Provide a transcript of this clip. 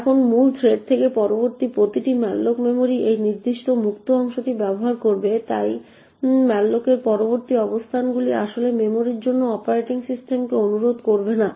এখন মূল থ্রেড থেকে পরবর্তী প্রতিটি malloc মেমরির এই নির্দিষ্ট মুক্ত অংশটি ব্যবহার করবে এবং তাই malloc এর পরবর্তী অবস্থানগুলি আসলে মেমরির জন্য অপারেটিং সিস্টেমকে অনুরোধ করবে না